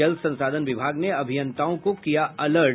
जल संसाधन विभाग ने अभियंताओं को किया अलर्ट